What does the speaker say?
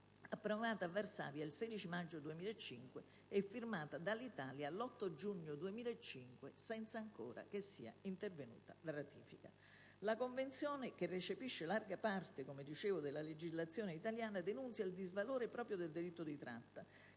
approvata a Varsavia il 16 maggio 2005 e firmata dall'Italia l'8 giugno 2005, senza ancora che sia intervenuta la ratifica. La Convenzione, che - come dicevo - recepisce larga parte della legislazione italiana, denunzia il disvalore proprio del delitto di tratta